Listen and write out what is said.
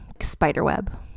spiderweb